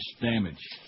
damage